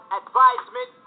advisement